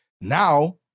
Now